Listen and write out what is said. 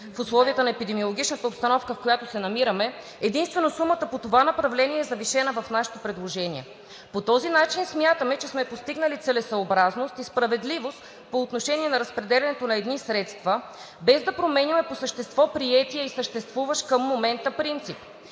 в условията на епидемиологичната обстановка, в която се намираме, единствено сумата по това направление е завишена в нашето предложение. По този начин смятаме, че сме постигнали целесъобразност и справедливост по отношение на разпределянето на едни средства, без да променяме по същество приетия и съществуващ към момента принцип.